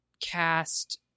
cast